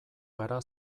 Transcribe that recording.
gara